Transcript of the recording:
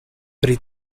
pri